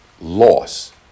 loss